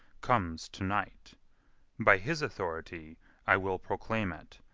comes to-night by his authority i will proclaim it,